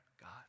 God